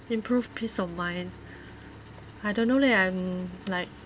improved peace of mind I don't know leh I'm like